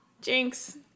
jinx